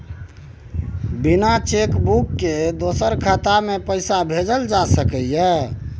बिना cheque book के दोसर के खाता में पैसा भेजल जा सकै ये?